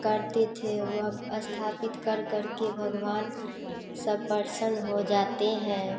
करते थे वह अस्थापित कर करके भगवान सब प्रसन्न हो जाते हैं